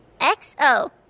X-O